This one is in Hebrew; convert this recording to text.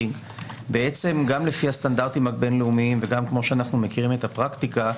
גם לפי הסטנדרטים הבין-לאומיים וגם כמו שאנחנו מכירים את הפרקטיקה,